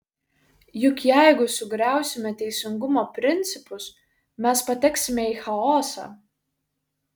juk jeigu sugriausime teisingumo principus mes pateksime į chaosą